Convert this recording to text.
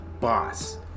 boss